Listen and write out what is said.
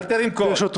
אל תרים קול.